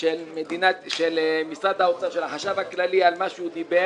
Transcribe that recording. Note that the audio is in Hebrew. של החשב הכללי במשרד האוצר על מה שהוא דיבר.